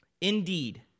Indeed